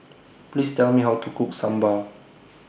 Please Tell Me How to Cook Sambar